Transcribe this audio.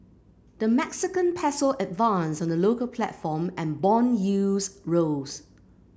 the Mexican peso advanced on the local platform and bond yields rose